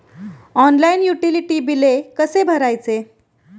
Online utility बिले कसे भरायचे?